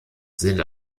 sind